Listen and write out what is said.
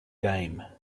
game